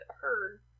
herd